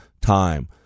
Time